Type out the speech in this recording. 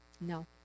No